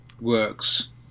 works